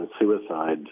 suicide